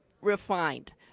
refined